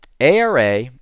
ARA